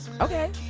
okay